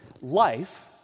Life